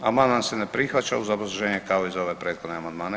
Amandman se ne prihvaća uz obrazloženje kao i za ove prethodne amandmane.